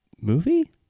Movie